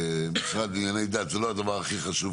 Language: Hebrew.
המשרד לענייני דת זה לא הדבר הכי חשוב,